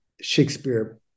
Shakespeare